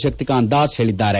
Shaktikanta Das ಹೇಳದ್ಗಾರೆ